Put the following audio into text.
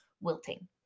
wilting